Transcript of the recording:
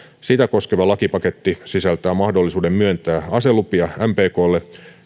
sitä koskeva lakipaketti sisältää mahdollisuuden myöntää aselupia mpklle